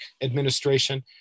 administration